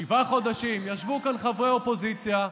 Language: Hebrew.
איך החוויה?